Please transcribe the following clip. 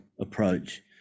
approach